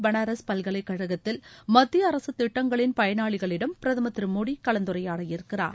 பளாரஸ் பல்கலைக்கழகத்தில் மத்திய அரசு திட்டங்களின் பயனாளிகளிடம் பிரதமர் திரு மோடி கலந்துரையாட இருக்கிறார்